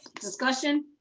discussion.